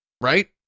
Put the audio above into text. Right